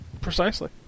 Precisely